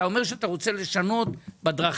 אתה אומר שאתה רוצה לשנות בדרכים,